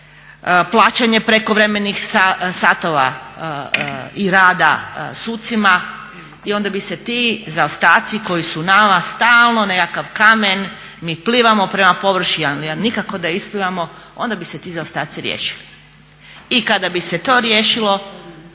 plaćanje prekovremenih sati i rada sucima i onda bi se ti zaostaci koji su nama stalno nekakav kamen, mi plivamo prema površini ali nikako da isplivamo, onda bi se ti zaostaci riješili. I kada bi se to riješilo